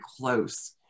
close